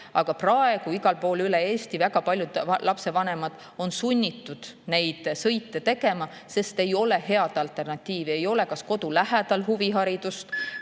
aga praegu on igal pool üle Eesti väga paljud lapsevanemad sunnitud neid sõite tegema, sest ei ole head alternatiivi: ei ole kas kodu lähedal huviharidust